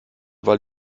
weil